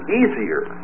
easier